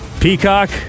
Peacock